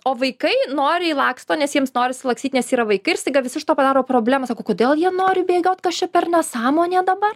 o vaikai noriai laksto nes jiems norisi lakstyt nes yra vaikai ir staiga visi iš to padaro problemą sako kodėl jie nori bėgiot kas čia per nesąmonė dabar